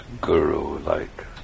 guru-like